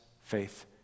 faith